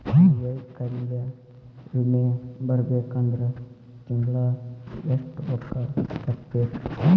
ಅಂಗ್ವೈಕಲ್ಯ ವಿಮೆ ಬರ್ಬೇಕಂದ್ರ ತಿಂಗ್ಳಾ ಯೆಷ್ಟ್ ರೊಕ್ಕಾ ಕಟ್ಟ್ಬೇಕ್?